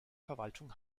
verwaltung